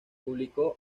publicó